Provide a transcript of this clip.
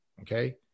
Okay